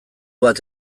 bat